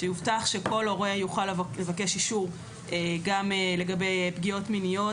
שיובטח שכל הורה יוכל לבקש אישור גם לגבי פגיעות מיניות.